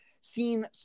seen